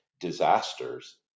disasters